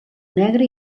negre